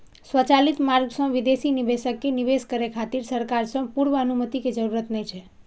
स्वचालित मार्ग सं विदेशी निवेशक कें निवेश करै खातिर सरकार सं पूर्व अनुमति के जरूरत नै छै